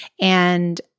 And-